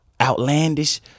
outlandish